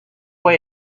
fue